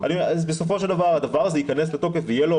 בסופו של דבר הדבר הזה ייכנס לתוקף ויהיה לו